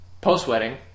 post-wedding